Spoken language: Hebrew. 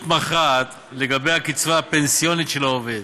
מכרעת לגבי הקצבה הפנסיונית של העובד.